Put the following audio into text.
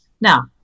Now